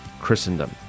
Christendom